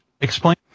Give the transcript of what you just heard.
explain